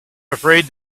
afraid